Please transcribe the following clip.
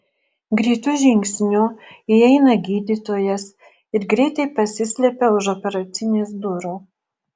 greitu žingsniu įeina gydytojas ir greitai pasislepia už operacinės durų